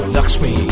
Lakshmi